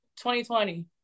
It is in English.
2020